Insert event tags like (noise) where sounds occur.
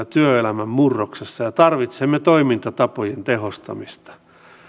(unintelligible) työelämän murroksessa ja tarvitsemme toimintatapojen tehostamista